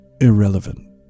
irrelevant